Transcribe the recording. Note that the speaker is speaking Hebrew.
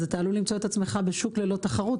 אז אתה עלול למצוא את עצמך בשוק ללא תחרות,